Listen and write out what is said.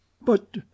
But